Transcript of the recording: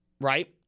Right